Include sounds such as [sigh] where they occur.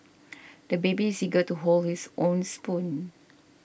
[noise] the baby is eager to hold his own spoon